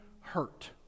hurt